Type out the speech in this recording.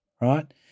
right